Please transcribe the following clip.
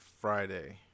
Friday